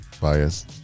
Bias